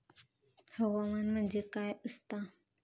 हवामान म्हणजे काय असता?